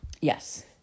Yes